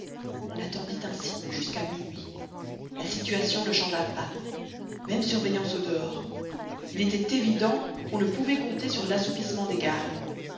on attendit ainsi jusqu'à minuit la situation ne changea pas même surveillance au-dehors il était évident qu'on ne pouvait compter sur l'assoupissement des gardes